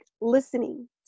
listening